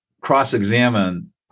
cross-examine